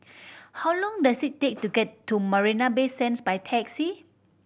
how long does it take to get to Marina Bay Sands by taxi